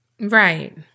Right